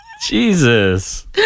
Jesus